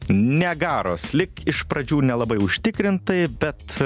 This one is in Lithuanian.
niagaros lyg iš pradžių nelabai užtikrintai bet